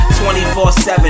24-7